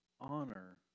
honor